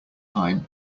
time